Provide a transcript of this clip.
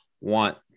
want